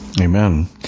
Amen